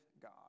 God